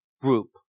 group